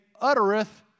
uttereth